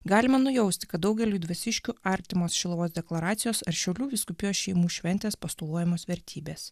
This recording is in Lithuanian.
galima nujausti kad daugeliui dvasiškių artimos šiluvos deklaracijos ar šiaulių vyskupijos šeimų šventės postuluojamos vertybės